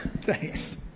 Thanks